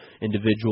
individual